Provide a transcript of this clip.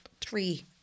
three